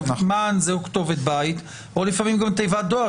מען זה כתובת בית, או לפעמים גם תיבת דואר.